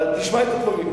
לא הבנתי.